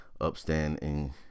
upstanding